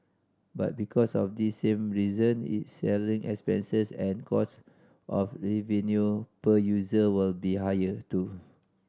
but because of this same reason its selling expenses and cost of revenue per user will be higher too